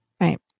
Right